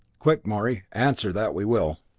quick, morey answer that we will.